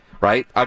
right